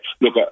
look